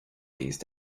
these